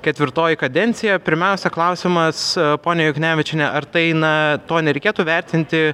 ketvirtoji kadencija pirmiausia klausimas pone juknevičiene ar tai na to nereikėtų vertinti